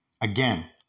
Again